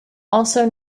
also